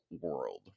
world